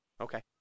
Okay